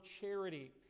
charity